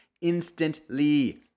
instantly